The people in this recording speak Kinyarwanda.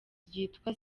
ryitwa